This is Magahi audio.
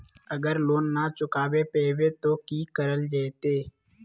अगर लोन न चुका पैबे तो की करल जयते?